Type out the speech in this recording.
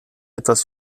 etwas